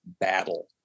battle